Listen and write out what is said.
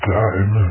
time